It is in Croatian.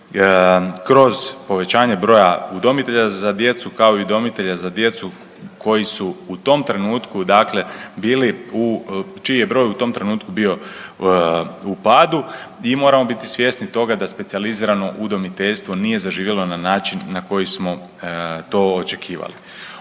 kroz povećanje broja udomitelja za djecu kao i udomitelja za djecu koji su u tom trenutku, dakle bili, čiji je broj u tom trenutku bio u padu. I moramo biti svjesni toga da specijalizirano udomiteljstvo nije zaživjelo na način na koji smo to očekivali.